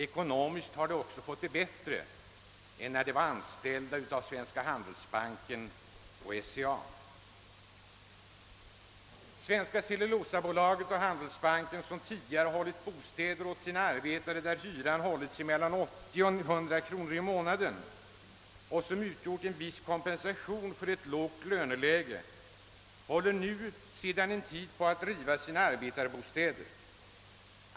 Ekonomiskt har de också fått det bättre än när de var anställda av Handelsbanken och SCA. Svenska cellulosabolaget och Handelsbanken, som tidigare hållit bostäder för sina arbetare, där hyran hållit sig mellan 80 och 100 kronor i månaden, vilket utgjorde en viss kompensation för låglöneläget, håller sedan en tid tillbaka på att riva sina arbetarbostäder.